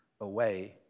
away